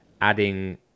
adding